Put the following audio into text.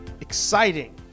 exciting